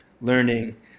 learning